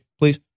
please